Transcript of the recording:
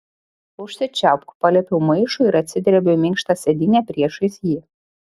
užsičiaupk paliepiu maišui ir atsidrebiu į minkštą sėdynę priešais jį